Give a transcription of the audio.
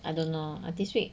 I don't know I this week